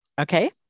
okay